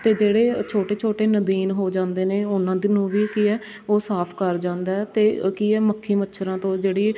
ਅਤੇ ਜਿਹੜੇ ਛੋਟੇ ਛੋਟੇ ਨਦੀਨ ਹੋ ਜਾਂਦੇ ਨੇ ਉਹਨਾਂ ਦ ਨੂੰ ਵੀ ਕੀ ਹੈ ਉਹ ਸਾਫ਼ ਕਰ ਜਾਂਦਾ ਹੈ ਅਤੇ ਉਹ ਕੀ ਹੈ ਮੱਖੀ ਮੱਛਰਾਂ ਤੋਂ ਜਿਹੜੀ